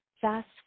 Fast